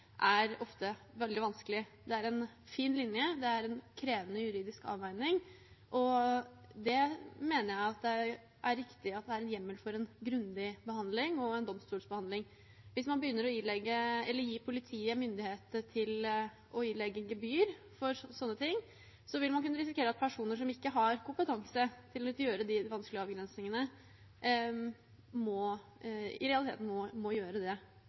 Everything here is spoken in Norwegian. ofte er veldig vanskelig. Det er en fin linje, det er en krevende juridisk avveining. Jeg mener det er riktig at det er en hjemmel for en grundig behandling og en domstolsbehandling. Hvis man begynner å gi politiet myndighet til å ilegge gebyr for sånne ting, vil man kunne risikere at personer som ikke har kompetanse til å gjøre de vanskelige avgrensningene, i realiteten må gjøre det – det blir politiet selv som skal gjøre det